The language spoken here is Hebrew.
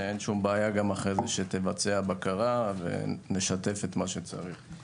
שאין בעיה שתבצע בקרה ונשתף מה שצריך.